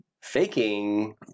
faking